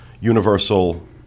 Universal